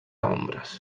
ombres